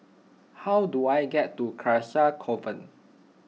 how do I get to Carcasa Convent